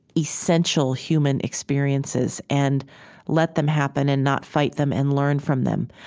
essential human experiences and let them happen and not fight them and learn from them.